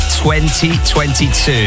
2022